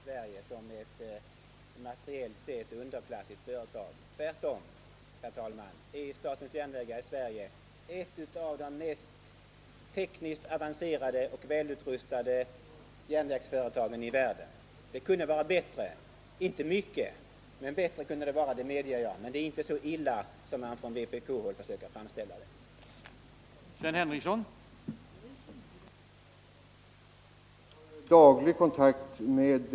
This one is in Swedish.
Herr talman! Jag vill bara helt kort reagera mot att man försöker karakterisera SJ i Sverige som ett materiellt sett underklassigt företag. Tvärtom är SJ ett av de tekniskt mest avancerade och välutrustade järnvägsföretagen i världen. Det kunde vara bättre — dock inte mycket — det medger jag, men det är inte så illa ställt som man från vpk försöker framställa det.